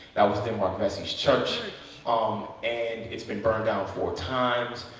that was denmark vesey's church um and it's been burned down four times.